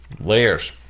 Layers